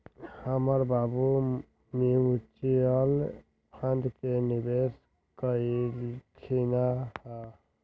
हमर बाबू mutual fund में निवेश कलखिंन्ह ह